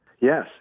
Yes